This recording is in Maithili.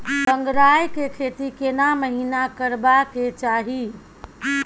गंगराय के खेती केना महिना करबा के चाही?